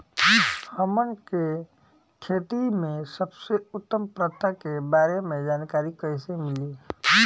हमन के खेती में सबसे उत्तम प्रथा के बारे में जानकारी कैसे मिली?